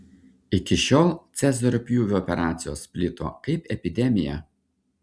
iki šiol cezario pjūvio operacijos plito kaip epidemija